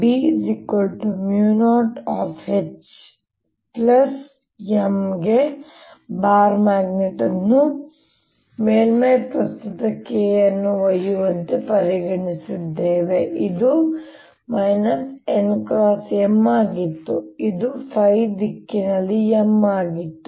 ಮತ್ತು ಆದ್ದರಿಂದ B H M ಗೆ ಸಮನಾಗಿರುತ್ತದೆ ಇದು ನಮ್ಮ ಹಿಂದಿನ ಲೆಕ್ಕಾಚಾರಕ್ಕೆ ಹೊಂದಿಕೆಯಾಗುತ್ತದೆ ಎಂಬುದನ್ನು ಗಮನಿಸಿ ಅಲ್ಲಿ ನಾವು ಈ ಬಾರ್ ಮ್ಯಾಗ್ನೆಟ್ ಅನ್ನು ಮೇಲ್ಮೈ ಪ್ರಸ್ತುತ k ಅನ್ನು ಒಯ್ಯುವಂತೆ ಪರಿಗಣಿಸಿದ್ದೇವೆ ಇದು n M ಆಗಿತ್ತು ಇದು ದಿಕ್ಕಿನಲ್ಲಿ M ಆಗಿತ್ತು